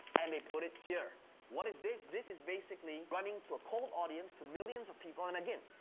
and they put it here. what is this? this is basically running to a cold audience to millions of people. and again,